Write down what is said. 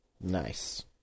Nice